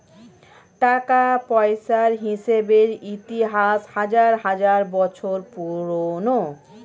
টাকা পয়সার হিসেবের ইতিহাস হাজার হাজার বছর পুরোনো